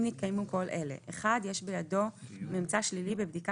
אם נתקיימו כל אלה: יש בידו ממצא שלילי בבדיקה